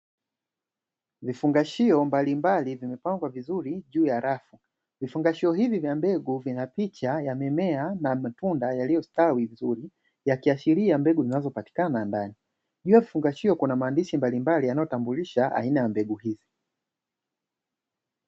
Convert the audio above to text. Vifungashio mbalimbali vimepangwa vizuri juu ya rafu. Vifungashio hivi vya mbegu vina picha ya mimea na matunda yaliyostawi vizuri, yakiashiria mbegu zinazopatikana ndani. Juu ya vifungashio kuna maandishi mbalimbali yanayotambulisha aina ya mbegu hii.